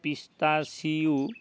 pistachio